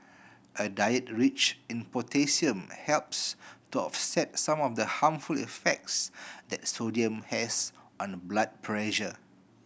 a diet rich in potassium helps to offset some of the harmful effects that sodium has on blood pressure